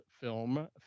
film